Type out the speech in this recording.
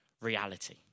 reality